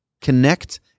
connect